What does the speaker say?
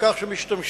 על כך שמשתמשים